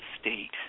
state